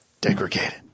degraded